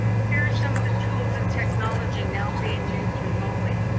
here are some of the tools and technology now being used remotely.